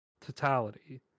totality